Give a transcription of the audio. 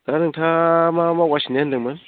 दा नोंथाङा मा मावगासिनो होनदोंमोन